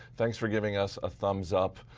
thanks for giving us a thumbs up!